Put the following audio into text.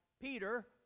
Peter